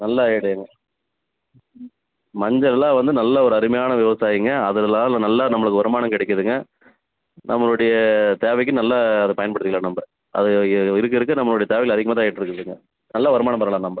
நல்ல ஐடியாங்க மஞ்சள்லாம் வந்து நல்ல ஒரு அருமையான விவசாயங்க அதுலால நல்ல நம்மளுக்கு வரும் வருமானம் கிடைக்குதுங்க நம்மளுடைய தேவைக்கு நல்ல அதை பயன்படுத்திக்கலாம் நம்ப அது இருக்க இருக்க நம்மளுடைய தேவைகள் அதிகமாக தான் ஆகிட்டுருக்குதுங்க நல்ல வருமானம் பெறலாம் நம்ப